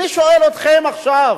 אני שואל אתכם עכשיו